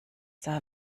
der